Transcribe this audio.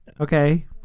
okay